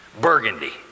burgundy